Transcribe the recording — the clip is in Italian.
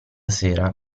sera